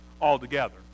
altogether